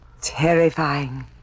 terrifying